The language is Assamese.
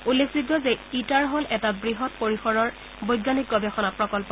উল্লেখযোগ্য যে ইটাৰ হল এটা বৃহৎ পৰিষৰৰ বৈজানিক গৱেষণা প্ৰকল্প